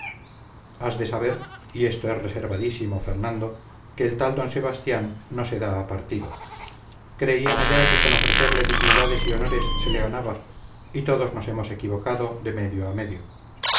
has de saber y esto es reservadísimo fernando que el tal don sebastián no se da a partido creían allá que con ofrecerle dignidades y honores se le ganaba y todos nos hemos equivocado de medio a medio